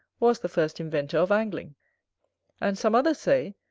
was the first inventor of angling and some others say,